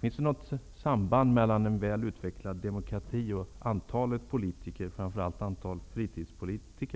Finns det något samband mellan en väl utvecklad demokrati och antalet politiker, framför allt antalet fritidspolitiker?